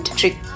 trick